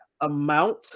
amount